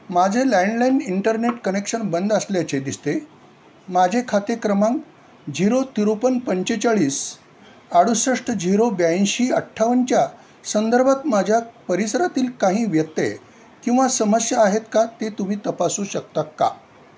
माझे landline internet connection बंद असल्याचे दिसते माझे खाते क्रमांक झिरो त्रेपन्न पंचेचाळीस अडुसष्ट झिरो ब्याऐंशी अठ्ठावन्नच्या संदर्भात माझ्या परिसरातील काही व्यत्यय किंवा समस्या आहेत का ते तुम्ही तपासू शकता का